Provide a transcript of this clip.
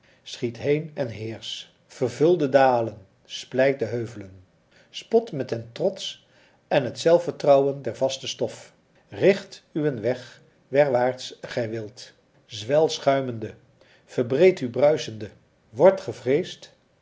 schiet heen en heersch vervul de dalen splijt de heuvelen spot met den trots en het zelfvertrouwen der vaste stof richt uwen weg werwaarts gij wilt zwel schuimende verbreed u bruisende word gevreesd